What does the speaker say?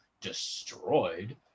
destroyed